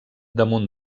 damunt